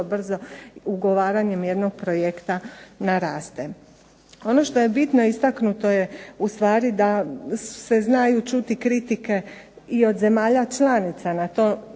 brzo ugovaranjem jednog projekta naraste. Ono što je bitno istaknuto je u stvari se znaju čuti kritike i od zemalja članica kolika